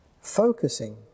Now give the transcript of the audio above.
focusing